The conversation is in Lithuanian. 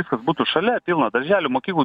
viskas būtų šalia pilna darželių mokyklų